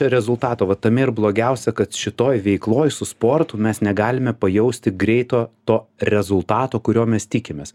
rezultato va tame ir blogiausia kad šitoj veikloj su sportu mes negalime pajausti greito to rezultato kurio mes tikimės